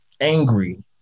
angry